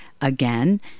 again